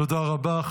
תודה רבה.